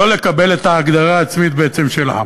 לא לקבל את ההגדרה העצמית, בעצם, של עם.